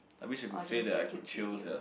that means you could say that I got chill sia